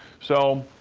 so,